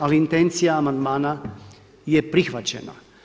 Ali intencija amandmana je prihvaćena.